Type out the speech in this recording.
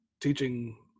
teaching